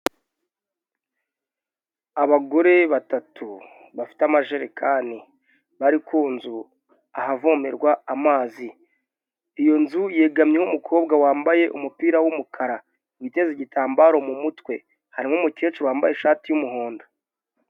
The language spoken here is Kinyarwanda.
Abagore batatu bafite amajerekani bari ku nzu ahavomerwa amazi; iyo nzu yegamyeho umukobwa wambaye umupira w'umukara uteze igitambaro mu mutwe hari n'umukecuru wambaye ishati y'umuhondo.